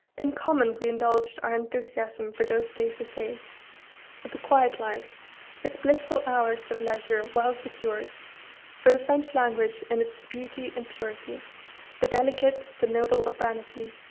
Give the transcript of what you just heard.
in common we indulged our enthusiasm for those days of faith of the quiet life its blissful hours of leisure well-secured for the french language in its beauty and purity the delicate, the noble urbanity,